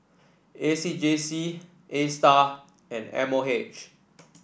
A C J C Astar and M O H